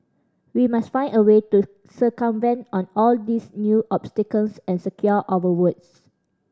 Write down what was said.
we must find a way to circumvent on all these new obstacles and secure our votes